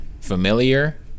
familiar